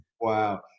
Wow